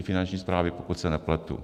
I Finanční správy, pokud se nepletu.